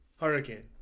hurricane